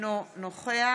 אינו נוכח